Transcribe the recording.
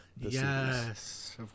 yes